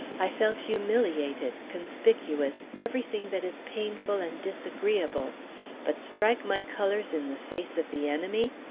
i felt humiliated, conspicuous, everything that is painful and disagreeable but strike my colors in the face of the enemy?